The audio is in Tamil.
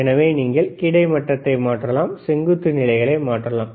எனவே நீங்கள் கிடைமட்டத்தை மாற்றலாம் செங்குத்து நிலைகளை மாற்றலாம்